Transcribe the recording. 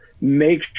make